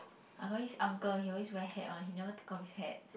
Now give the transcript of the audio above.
I got this uncle he always wear hat one he never take off his hat